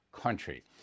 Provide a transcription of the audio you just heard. country